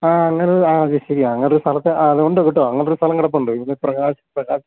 ആ അങ്ങനൊരു ആ അത് ശരിയാണ് അങ്ങനൊരു സ്ഥലത്ത് ആ അത് ഉണ്ട് കേട്ടോ അങ്ങനൊരു സ്ഥലം കിടപ്പുണ്ട് പ്രകാശ്